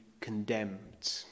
condemned